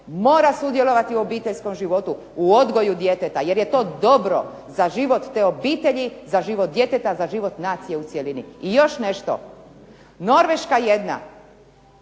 mora učestvovati u obiteljskom životu, u odgoju djeteta, jer je to dobro za obitelj, za život djeteta za život nacije u cjelini. I Još nešto Norveška jedna